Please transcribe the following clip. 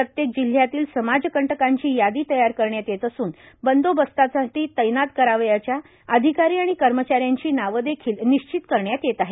प्रत्येक जिल्ह्यातल्या समाजकंटकांची यादी तयार करण्यात येत असून बंदोबस्तासाठी तैनात करावयाच्या अधिकारी आणि कर्मचाऱ्यांची नावं देखील निश्चित करण्यात येत आहेत